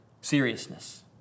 seriousness